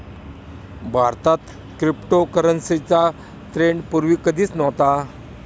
भारतात क्रिप्टोकरन्सीचा ट्रेंड पूर्वी कधीच नव्हता